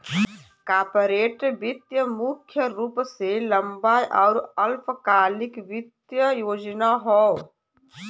corporate वित्त मुख्य रूप से लंबा आउर अल्पकालिक वित्तीय योजना हौ